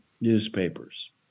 newspapers